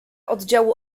oddziału